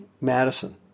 Madison